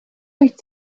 wyt